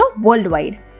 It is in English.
worldwide